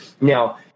Now